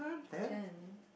ten